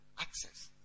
Access